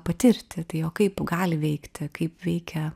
patirti tai o kaip gali veikti kaip veikia